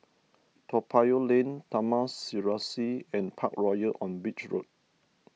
Toa Payoh Lane Taman Serasi and Parkroyal on Beach Road